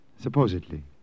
Supposedly